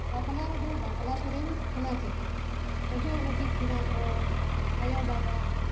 ᱵᱟᱯᱞᱟ ᱨᱮᱫᱚ ᱵᱟᱯᱞᱟ ᱥᱮᱨᱮᱧ ᱦᱳᱱᱟ ᱪᱟᱦᱤᱭᱮ ᱚᱡᱚᱜ ᱱᱟᱹᱠᱤᱡ ᱠᱤᱱᱟ ᱠᱚ ᱟᱭᱚ ᱵᱟᱵᱟ